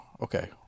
Okay